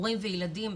הורים וילדים,